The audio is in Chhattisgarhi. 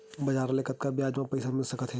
बजार ले कतका ब्याज म पईसा मिल सकत हे?